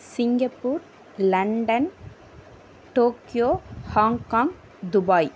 Singapore London Tokyo Hong Kong Dubai